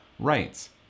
rights